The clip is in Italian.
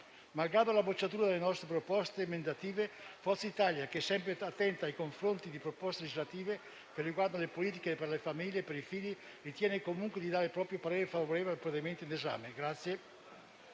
Malgrado la bocciatura delle nostre proposte emendative, Forza Italia, che è sempre attenta nei confronti di proposte legislative che riguardano le politiche per la famiglia e per i figli, ritiene comunque di esprimersi a favore del provvedimento in esame.